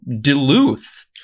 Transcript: Duluth